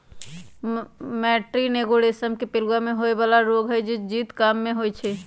मैटीन एगो रेशम के पिलूआ में होय बला रोग हई जे शीत काममे होइ छइ